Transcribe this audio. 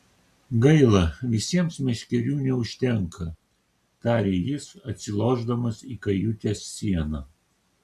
gaila visiems meškerių neužtenka tarė jis atsilošdamas į kajutės sieną